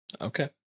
Okay